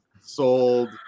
sold